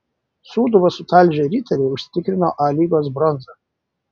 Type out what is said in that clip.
sūduvą sutalžę riteriai užsitikrino a lygos bronzą